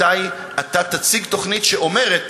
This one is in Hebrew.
מתי אתה תציג תוכנית שאומרת